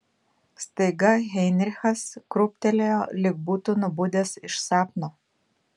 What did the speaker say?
staiga heinrichas krūptelėjo lyg būtų nubudęs iš sapno